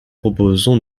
proposons